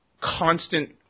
constant